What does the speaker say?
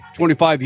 25